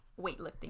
weightlifting